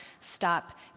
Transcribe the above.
stop